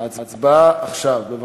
ההצבעה עכשיו, בבקשה.